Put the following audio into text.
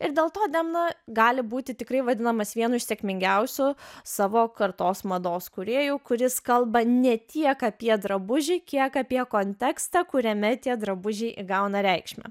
ir dėl to demna gali būti tikrai vadinamas vienu iš sėkmingiausių savo kartos mados kūrėju kuris kalba ne tiek apie drabužį kiek apie kontekstą kuriame tie drabužiai įgauna reikšmę